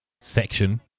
section